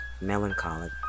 melancholic